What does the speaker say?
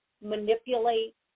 manipulate